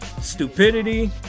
stupidity